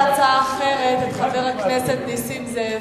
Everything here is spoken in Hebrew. להצעה אחרת את חבר הכנסת נסים זאב.